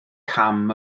cam